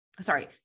sorry